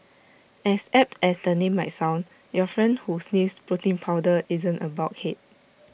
as apt as the name might sound your friend who sniffs protein powder isn't A bulkhead